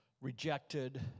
rejected